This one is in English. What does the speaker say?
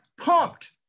pumped